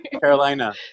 Carolina